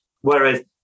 Whereas